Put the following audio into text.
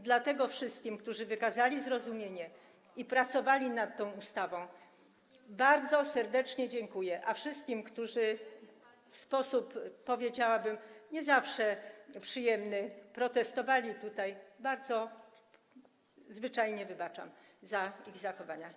Dlatego wszystkim, którzy wykazali zrozumienie i pracowali nad tą ustawą, bardzo serdecznie dziękuję, a wszystkim tym, którzy w sposób, powiedziałabym, nie zawsze przyjemny protestowali, zwyczajnie wybaczam ich zachowanie.